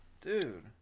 Dude